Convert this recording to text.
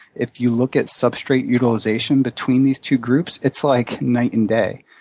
if you look at substrate utilization between these two groups, it's like night and day.